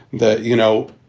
that, you know,